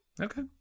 Okay